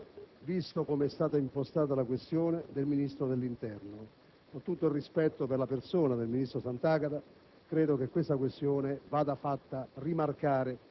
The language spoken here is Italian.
Ho sufficiente conoscenza della Costituzione per sapere che il Governo in Aula si fa rappresentare da chi decide, però mi consenta una valutazione di carattere politico.